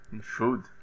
food